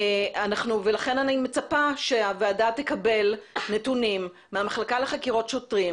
ולכן אני מצפה שהוועדה תקבל נתונים מהמחלקה לחקירות שוטרים,